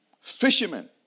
fishermen